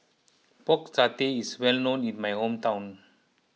Pork Satay is well known in my hometown